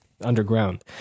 underground